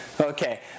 Okay